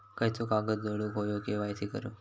खयचो कागद जोडुक होयो के.वाय.सी करूक?